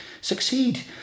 succeed